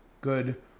good